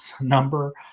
number